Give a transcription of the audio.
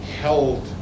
held